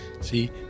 See